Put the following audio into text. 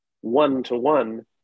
one-to-one